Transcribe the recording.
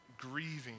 grieving